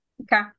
Okay